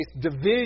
division